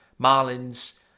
Marlins